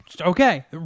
Okay